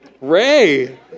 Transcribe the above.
Ray